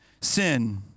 sin